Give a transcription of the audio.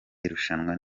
irushanwa